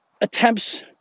attempts